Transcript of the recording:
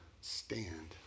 stand